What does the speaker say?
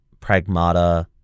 Pragmata